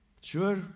Sure